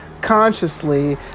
consciously